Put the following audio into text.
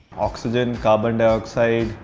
oxygen. carbon dioxide.